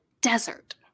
desert